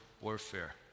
warfare